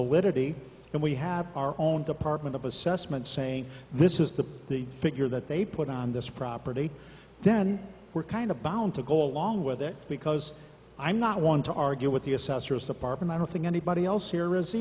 validity and we have our own department of assessment saying this is the the figure that they put on this property then we're kind of bound to go along with it because i'm not one to argue with the assessors department i don't think anybody else here is